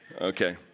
Okay